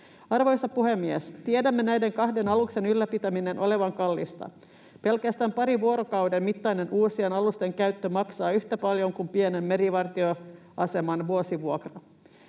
Arvoisa puhemies! Tiedämme näiden kahden aluksen ylläpitämisen olevan kallista. Pelkästään parin vuorokauden mittainen uusien alusten käyttö maksaa yhtä paljon kuin pienen merivartioaseman vuosivuokra.